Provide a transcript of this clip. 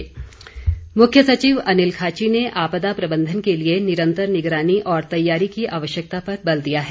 मुख्य सचिव मुख्य सचिव अनिल खाची ने आपदा प्रबंधन के लिए निरंतर निगरानी और तैयारी की आवश्यकता पर बल दिया है